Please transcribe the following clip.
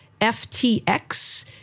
FTX